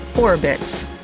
Orbits